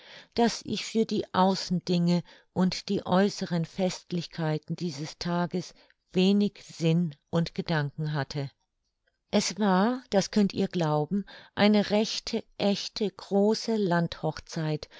daß ich für die außendinge und die äußeren festlichkeiten dieses tages wenig sinn und gedanken übrig hatte es war das könnt ihr glauben eine rechte echte große